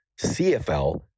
CFL